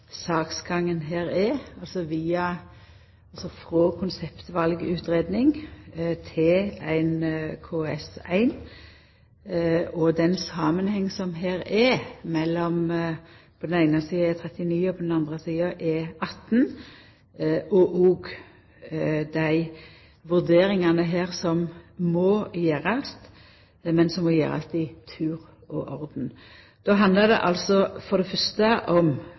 er – frå ei konseptvalutgreiing til ein KS1 – den samanhengen som er mellom på den eine sida E39 og på den andre sida E18, og òg dei vurderingane som må gjerast, men som må gjerast i tur og orden. Det handlar for det fyrste om å utbetra Moss ferjekai – det